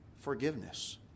forgiveness